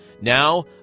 Now